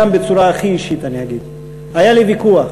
גם בצורה הכי אישית אני אגיד: היה לי ויכוח